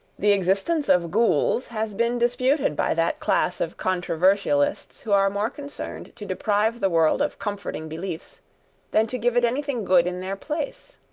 the existence of ghouls has been disputed by that class of controversialists who are more concerned to deprive the world of comforting beliefs than to give it anything good in their place.